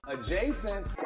Adjacent